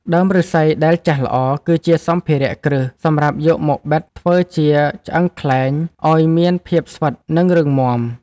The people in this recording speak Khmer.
ដើមឫស្សីដែលចាស់ល្អ គឺជាសម្ភារៈគ្រឹះសម្រាប់យកមកបិតធ្វើជាឆ្អឹងខ្លែងឱ្យមានភាពស្វិត និងរឹងមាំ។